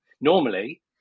Normally